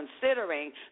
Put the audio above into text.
considering